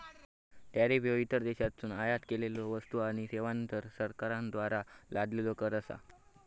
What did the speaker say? tariff ह्यो इतर देशांतसून आयात केलेल्यो वस्तू आणि सेवांवर सरकारद्वारा लादलेलो कर असा